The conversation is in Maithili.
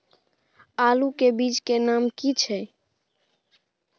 आलू के बीज के नाम की छै?